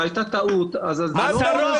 שהייתה טעות, אז זה לא אומר --- מה אתה אומר?